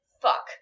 fuck